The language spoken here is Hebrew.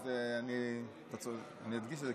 אז אני אדגיש את זה,